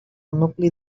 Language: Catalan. nucli